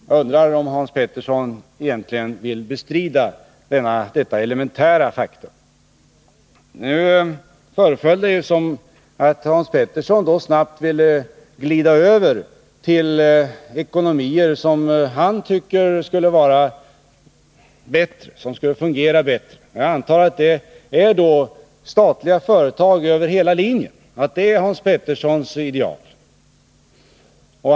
Jag undrar om Hans Petersson egentligen vill bestrida detta elementära faktum. Det föreföll som om Hans Petersson snabbt ville glida över till ekonomier som han tycker skulle fungera bättre. Jag antar att det är statliga företag över hela linjen som är Hans Peterssons ideal.